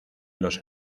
los